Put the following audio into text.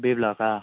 B బ్లాకా